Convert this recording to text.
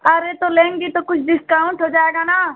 अरे तो लेंगी तो कुछ डिस्काउंट हो जाएगा ना